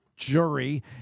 jury